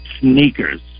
sneakers